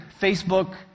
Facebook